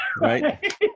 Right